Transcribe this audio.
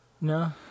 no